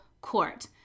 court